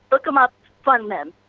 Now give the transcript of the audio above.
but them up, fund them.